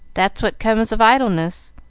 that's what comes of idleness.